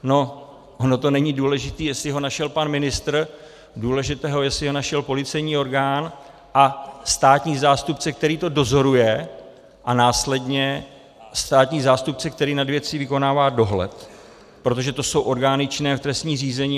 No ono to není důležité, jestli ho našel pan ministr, důležité je, jestli ho našel policejní orgán a státní zástupce, který to dozoruje, a následně státní zástupce, který nad věcí vykonává dohled, protože to jsou orgány činné v trestním řízení.